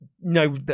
No